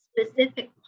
specific